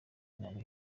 ntabwo